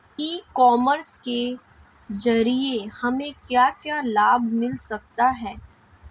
ई commerce के ज़रिए हमें क्या क्या लाभ मिल सकता है?